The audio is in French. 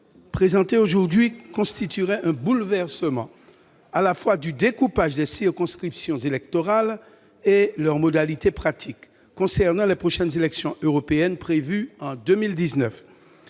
présenté aujourd'hui constituerait un bouleversement, à la fois du découpage des circonscriptions électorales et de leurs modalités pratiques, concernant les prochaines élections européennes prévues en 2019.